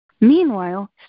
Meanwhile